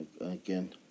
Again